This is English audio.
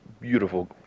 beautiful